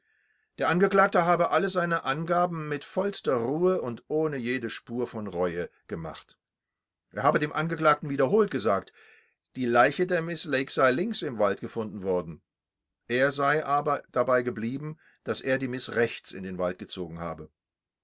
der angeklagte geklagte habe alle seine angaben mit vollster ruhe ohne jede spur von reue gemacht er habe dem angeklagten wiederholt gesagt die leiche der miß lake sei links im walde gefunden worden er sei aber dabei geblieben daß er die miß rechts in den wald gezogen habe